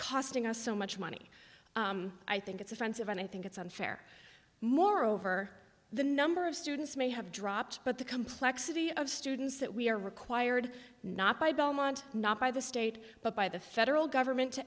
costing us so much money i think it's offensive and i think it's unfair moreover the number of students may have dropped but the complexity of students that we are required not by belmont not by the state but by the federal government to